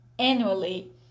annually